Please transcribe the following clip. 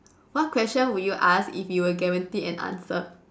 what question would you ask if you were guaranteed an answer